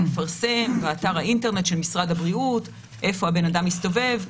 אני אפרסם באתר האינטרנט של משרד הבריאות איפה האדם הסתובב.